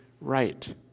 right